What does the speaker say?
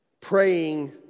praying